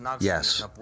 Yes